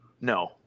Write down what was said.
No